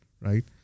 right